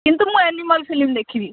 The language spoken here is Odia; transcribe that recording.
କିନ୍ତୁ ମୁଁ ଏନିମଲ୍ ଫିଲ୍ମ ଦେଖିବି